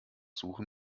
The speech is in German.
suchen